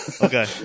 Okay